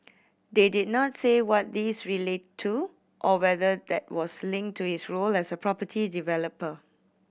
they did not say what these related to or whether that was linked to his role as a property developer